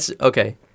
Okay